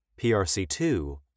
PRC2